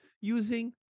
using